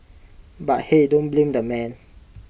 but hey don't blame the man